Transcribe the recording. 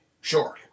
sure